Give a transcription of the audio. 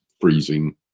freezing